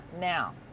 now